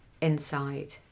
inside